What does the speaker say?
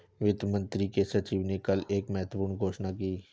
वित्त मंत्री के सचिव ने कल एक महत्वपूर्ण घोषणा की